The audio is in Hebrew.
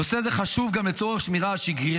נושא זה חשוב גם לצורך שמירה על שגרת